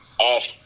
off